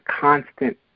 constant